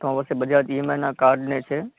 તમારી પાસે Bajaj E M આઈના કાર્ડને છે